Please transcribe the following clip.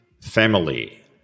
family